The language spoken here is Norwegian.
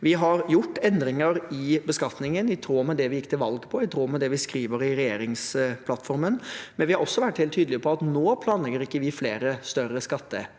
Vi har gjort endringer i beskatningen i tråd med det vi gikk til valg på og i tråd med det vi skriver i regjeringsplattformen, men vi har også vært helt tydelige på at vi nå ikke planlegger flere større